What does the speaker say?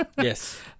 Yes